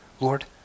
Lord